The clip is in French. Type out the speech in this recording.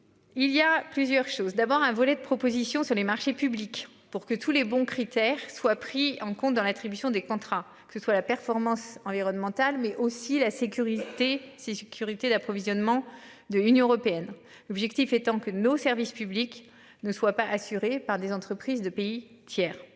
Il y a plusieurs choses, d'abord un volet de propositions sur les marchés publics pour que tous les bons critères soient pris en compte dans l'attribution des contrats que ce soit la performance environnementale mais aussi la sécurité. Sécurité d'approvisionnement de l'Union européenne. L'objectif étant que nos services publics ne soient pas assurés par des entreprises de pays tiers